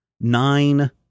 nine